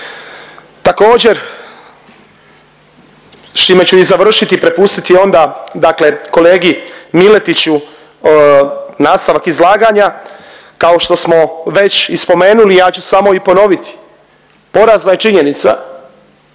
Također s čime ću i završiti i prepustiti onda dakle kolegi Miletiću nastavak izlaganja, kao što smo već i spomenuli ja ću samo i ponoviti. Porazna je činjenica